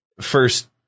first